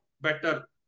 better